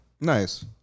Nice